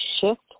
shift